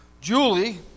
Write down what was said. Julie